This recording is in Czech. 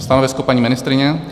Stanovisko paní ministryně?